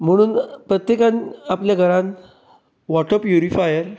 म्हणून प्रत्येकान आपल्या घरांत वाॅटर प्युरिफायर